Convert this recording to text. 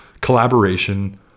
Collaboration